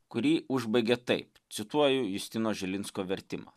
kurį užbaigė taip cituoju justino žilinsko vertimą